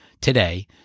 today